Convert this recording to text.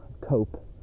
cope